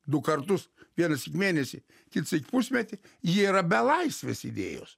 du kartus vienas mėnesį kitąsyk pusmetį jie yra be laisvės idėjos